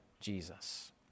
Jesus